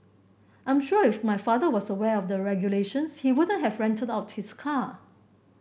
I'm sure if my father was aware of the regulations he wouldn't have rented out his car